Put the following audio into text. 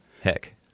Heck